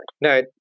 No